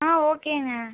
ஆ ஓகேங்க